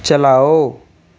چلاؤ